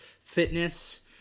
fitness